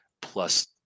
plus